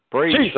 Jesus